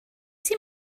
sydd